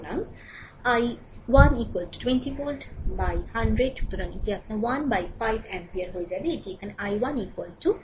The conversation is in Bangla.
সুতরাং i1 20 ভোল্ট বিভক্ত 100 সুতরাং এটি আপনার 15 অ্যাম্পিয়ার হয়ে যাবে এটি এখানে i1 15 অ্যাম্পিয়ার